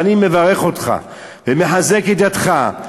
ואני מברך אותך ומחזק את ידיך.